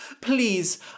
Please